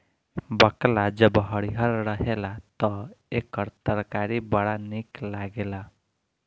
बकला जब हरिहर रहेला तअ एकर तरकारी बड़ा निक लागेला